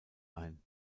ein